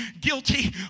guilty